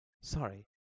Sorry